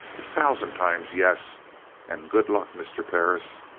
a thousand times yes and good luck, mr. perris.